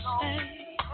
say